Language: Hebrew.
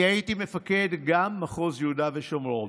אני הייתי מפקד גם מחוז יהודה ושומרון,